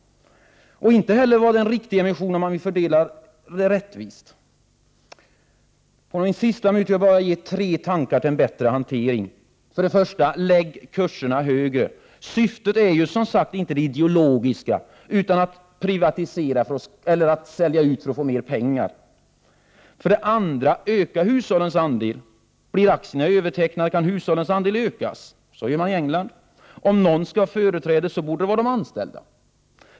Inte heller var emissionen rättvist fördelad. Till sist tre förslag om en bättre hantering. För det första: Lägg kurserna högre. Syftet är ju som sagt inte det ideologiska utan att sälja för att få mer pengar. För det andra: Öka hushållens andel. Blir aktierna övertecknade kan hushållens andel ökas. Så gör man i England. Om någon skall ha företräde borde det vara de anställda.